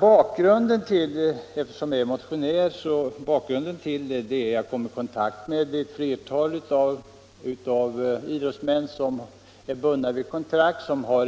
Bakgrunden till motionen är att jag kommit i kontakt med ett flertal idrottsmän som är kontraktsbundna och som har